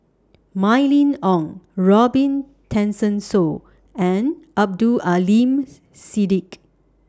Mylene Ong Robin Tessensohn and Abdul Aleem Siddique